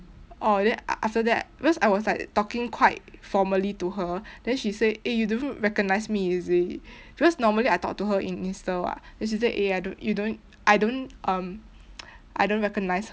orh then after that because I was like talking quite formally to her then she said eh you don't recognise me is it because normally I talk to her in insta [what] then she say eh I don't you don't I don't um I don't recognise her